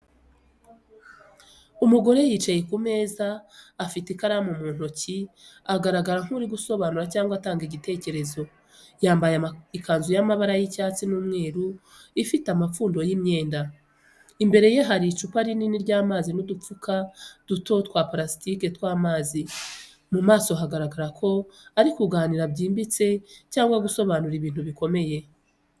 Umugore yicaye ku meza, afite ikaramu mu ntoki agaragara nk’uri gusobanura cyangwa atanga igitekerezo. Yambaye ikanzu y’amabara y’icyatsi n’umweru ifite amapfundo y’imyenda. Imbere ye hari icupa rinini ry’amazi n’udupfuka duto twa parasitiki tw’amazi. Mu maso hagaragara ko ari kuganira byimbitse cyangwa gusobanura ibintu bikomeye.